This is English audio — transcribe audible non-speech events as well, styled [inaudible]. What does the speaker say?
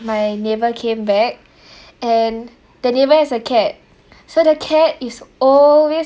my neighbour came back [breath] and the neighbour has a cat so the cat is always